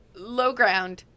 Lowground